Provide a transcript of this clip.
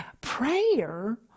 Prayer